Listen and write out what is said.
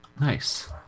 Nice